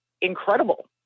incredible